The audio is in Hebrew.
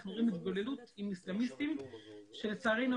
אנחנו רואים התבוללות עם איסלמיסטים שלצערנו